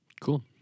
Cool